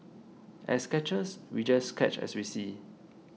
as sketchers we just sketch as we see